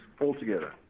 altogether